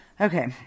Okay